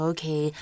Okay